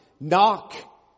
Knock